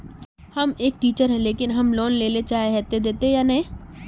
हम एक टीचर है लेकिन हम लोन लेले चाहे है ते देते या नय?